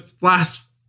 last